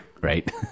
Right